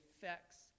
effects